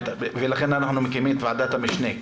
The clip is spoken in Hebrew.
תודה, היבה, לכן אנחנו מקימים את ועדת המשנה.